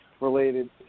related